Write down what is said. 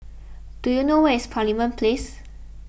do you know where is Parliament Place